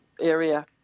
area